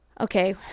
Okay